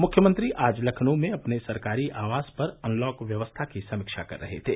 मुख्यमंत्री आज लखनऊ में अपने सरकारी आवास पर अनलॉक व्यवस्था की समीक्षा कर रहे थे